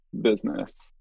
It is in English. business